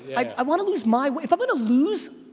i want to lose my way, if i'm gonna lose,